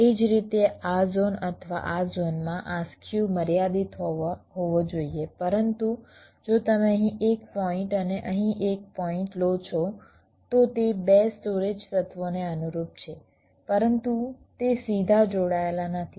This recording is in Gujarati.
એ જ રીતે આ ઝોન અથવા આ ઝોનમાં આ સ્ક્યુ મર્યાદિત હોવો જોઈએ પરંતુ જો તમે અહીં એક પોઇન્ટ અને અહીં એક પોઇન્ટ લો છો તો તે 2 સ્ટોરેજ તત્વોને અનુરૂપ છે પરંતુ તે સીધા જોડાયેલા નથી